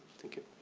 thank you.